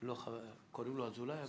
קוראים לו אזולאי,